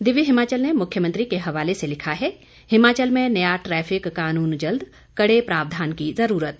दिव्य हिमाचल ने मुख्यमंत्री के हवाले से लिखा है हिमाचल में नया ट्रैफिक कानून जल्द कड़े प्रावधान की जरूरत